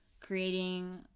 Creating